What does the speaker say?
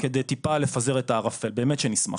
כדי טיפה לפזר את הערפל, באמת שנשמח,